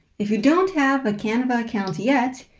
if you don't have a canva account yet,